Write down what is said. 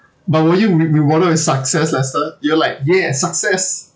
but were you re~ rewarded with success lester you were like !yay! success